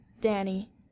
Danny